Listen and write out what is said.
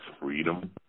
freedom